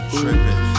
tripping